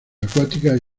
acuáticas